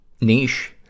niche